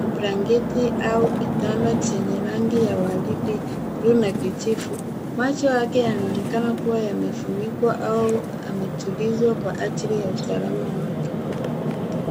kwa blanketi au kitanda chenye rangi ya waridi, bluu na kijivu. Macho yake yanaonekana kuwa yamefunikwa au ametulizwa kwa ajili ya usalama wake.